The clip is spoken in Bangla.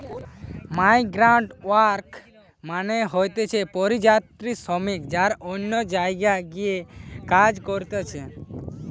মাইগ্রান্টওয়ার্কার মানে হতিছে পরিযায়ী শ্রমিক যারা অন্য জায়গায় গিয়ে কাজ করতিছে